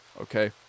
Okay